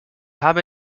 habe